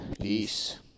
Peace